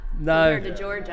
No